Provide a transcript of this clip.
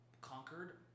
conquered